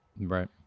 Right